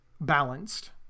balanced